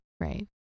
Right